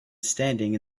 standing